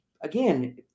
again